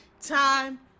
time